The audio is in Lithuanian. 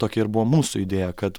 tokia ir buvo mūsų idėja kad